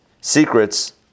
secrets